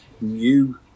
new